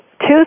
Two